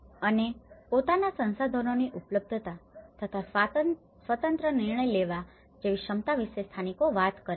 અને પોતાના સંસાધનોની ઉપલબ્ધતા તથા સ્વતંત્ર નિર્ણય લેવા જેવી ક્ષમતા વિશે સ્થાનિકો વાત કરે છે